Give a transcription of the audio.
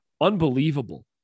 Unbelievable